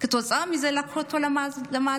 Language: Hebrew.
כתוצאה מזה לקחו אותו למעצר.